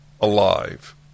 alive